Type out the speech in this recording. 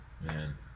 man